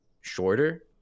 shorter